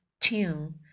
tune